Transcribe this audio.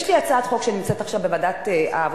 יש לי הצעת חוק שנמצאת עכשיו בוועדת העבודה,